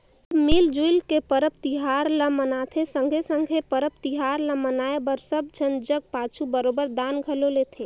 सब मिल जुइल के परब तिहार ल मनाथें संघे संघे परब तिहार ल मनाए बर सब झन जग घर पाछू बरोबेर दान घलो लेथें